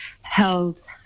held